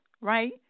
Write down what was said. right